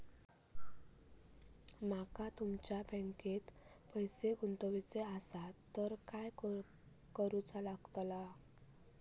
माका तुमच्या बँकेत पैसे गुंतवूचे आसत तर काय कारुचा लगतला?